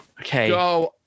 Okay